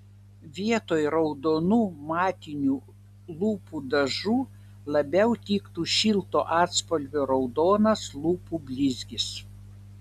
vietoj raudonų matinių lūpų dažų labiau tiktų šilto atspalvio raudonas lūpų blizgis